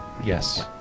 Yes